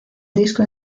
disco